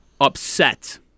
upset